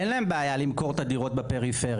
אין להם בעיה למכור את הדירות בפריפריה,